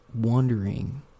wondering